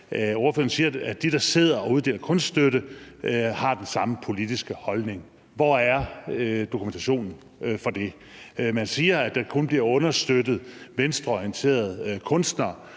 ordføreren siger, at de, der sidder og uddeler kunststøtte, har den samme politiske holdning, hvor er dokumentationen så for det? Man siger, at der kun bliver understøttet venstreorienterede kunstnere.